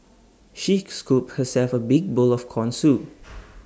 she scooped herself A big bowl of Corn Soup